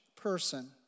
person